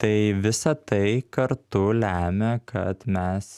tai visa tai kartu lemia kad mes